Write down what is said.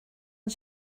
ond